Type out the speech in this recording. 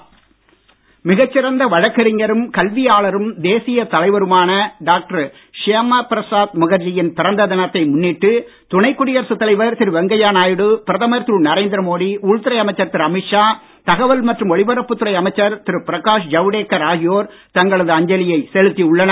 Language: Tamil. முகர்ஜி மிகச் சிறந்த வழக்கறிஞரும் கல்வியாளரும் தேசிய தலைவருமான டாக்டர் ஷியாமா பிரசாத் முகர்ஜியின் பிறந்த தினத்தை முன்னிட்டு துணை குடியரசு தலைவர் திரு வெங்கையா நாயுடு பிரதமர் திரு நரேந்திர மோடி உள்துறை அமைச்சர் திரு அமித் ஷா தகவல் மற்றும் ஒலிபரப்புத்துறை அமைச்சர் திரு பிரகாஷ் ஜவ்டேகர் ஆகியோர் தங்களது அஞ்சலியை செலுத்தி உள்ளனர்